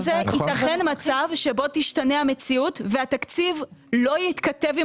ייתכן מצב שבו תשתנה המציאות והתקציב לא יתכתב עם